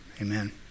Amen